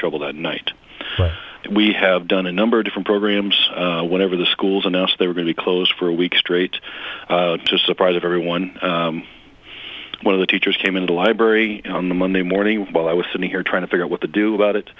trouble that night we have done a number of different programs whenever the schools announced they were going to close for a week straight to surprise everyone one of the teachers came into library on the monday morning while i was sitting here trying to figure out what to do about it